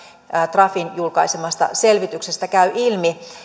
trafin julkaisemasta selvityksestä käy ilmi